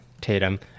tatum